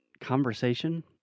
conversation